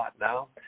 now